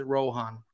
Rohan